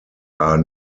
are